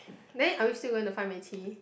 then are we still going to find Mei-Qi